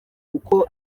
kuko